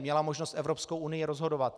Měla možnost Evropskou unii rozhodovat.